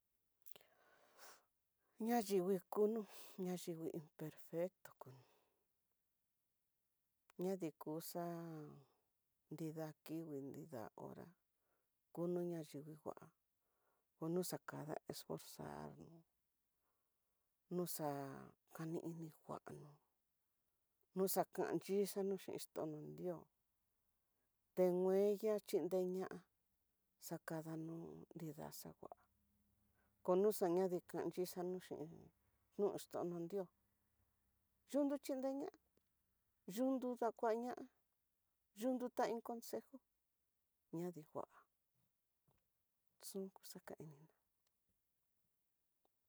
Ñayingui kono ña yingui, perfecto kuno ñanikuxa nrida hora kuno ñayingui kuan, kono xakada esforzar no, noxa kani ini nguano noxakan yixano, xhin ton no nriós, te mueya xhinreña xakadano nrida xakua, kono xañadikano xhin no ton no nrios, yundu yinreña yundu ndakuaña yundu ta iin consejo ñadingua xunku xakaininá.